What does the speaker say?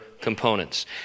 components